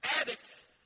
addicts